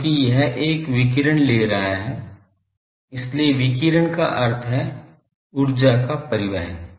क्योंकि यह एक विकिरण ले रहा है इसलिए विकिरण का अर्थ है ऊर्जा का परिवहन